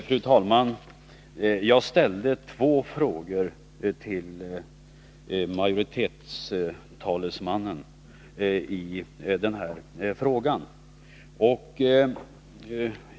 Fru talman! Jag ställde två frågor till utskottsmajoritetens talesman.